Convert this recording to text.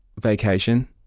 vacation